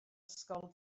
ysgol